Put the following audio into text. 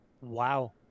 wow